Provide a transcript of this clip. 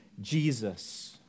Jesus